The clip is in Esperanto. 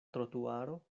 trotuaro